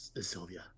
Sylvia